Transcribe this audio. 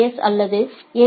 S அல்லது எ